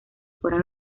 fueran